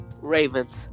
Ravens